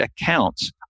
accounts